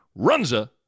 Runza